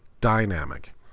dynamic